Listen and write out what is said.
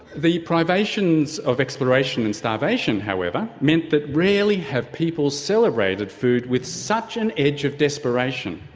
the privations of exploration and starvation however meant that rarely have people celebrated food with such an edge of desperation.